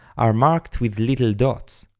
are marked with little dots.